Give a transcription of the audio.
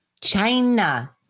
China